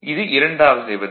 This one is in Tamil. இது இரண்டாவது நிபந்தனை